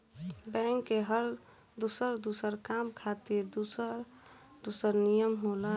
bank के हर दुसर दुसर काम खातिर दुसर दुसर नियम होला